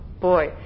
boy